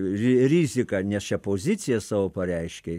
ri rizika nes čia poziciją savo pareiškė